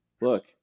look